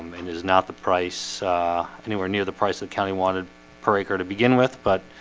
and is not the price anywhere near the price that county wanted per acre to begin with but